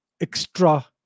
extra